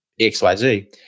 XYZ